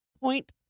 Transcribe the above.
Point